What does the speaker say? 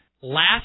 Last